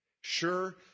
Sure